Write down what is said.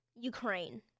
Ukraine